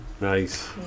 Nice